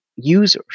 users